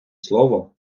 слово